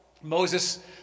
Moses